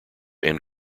end